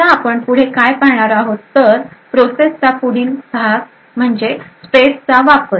आता आपण पुढे काय पाहणार आहोत तर प्रोसेस चा पुढील भाग स्पेस चा वापर